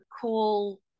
call